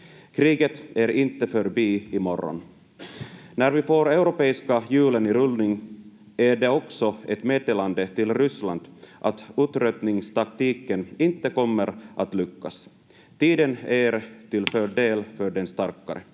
Kriget är inte förbi i morgon. När vi får de europeiska hjulen i rullning är det också ett meddelande till Ryssland att uttröttningstaktiken inte kommer att lyckas. Tiden är till fördel [Puhemies